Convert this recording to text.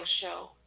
show